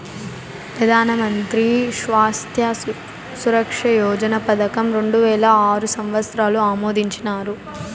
పెదానమంత్రి స్వాస్త్య సురక్ష యోజన పదకం రెండువేల ఆరు సంవత్సరంల ఆమోదించినారు